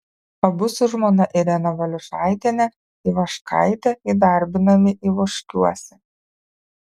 abu su žmona irena valiušaitiene ivaškaite įdarbinami ivoškiuose